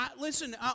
listen